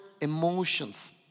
emotions